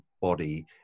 body